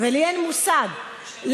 נשאלה, ולי אין מושג, נשאלה.